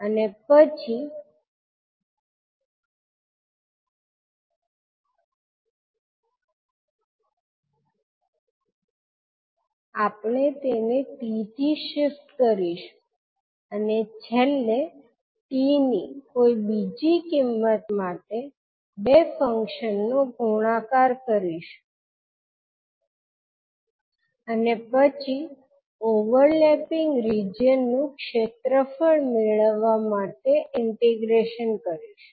અને પછી આપણે તેને t થી શિફ્ટ કરીશું અને છેલ્લે t ની કોઈ બીજી કિંમત માટે બે ફંક્શન નો ગુણાકાર કરીશું અને પછી ઓવરલેપિંગ રિજિઅન નું ક્ષેત્રફળ મેળવવા ઈન્ટીગ્રૅશન કરીશું